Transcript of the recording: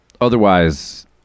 Otherwise